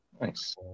Nice